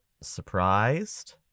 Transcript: surprised